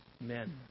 men